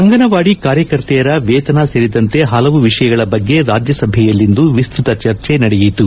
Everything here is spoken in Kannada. ಅಂಗನವಾದಿ ಕಾರ್ಯಕರ್ತೆಯರ ವೇತನ ಸೇರಿದಂತೆ ಹಲವು ವಿಷಯಗಳ ಬಗ್ಗೆ ರಾಜ್ಯಸಭೆಯಲ್ಲಿಂದು ವಿಸ್ತೃತ ಚರ್ಚೆ ನಡೆಯಿತು